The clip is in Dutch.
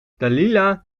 dailila